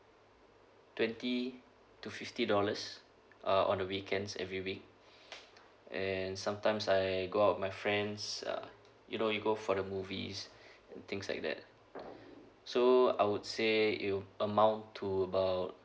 twenty to fifty dollars uh on the weekends every week and sometimes I got my friends uh you know you go for the movies and things like that so I would say it will amount to about